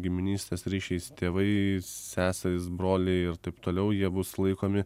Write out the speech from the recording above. giminystės ryšiais tėvai sesės broliai ir taip toliau jie bus laikomi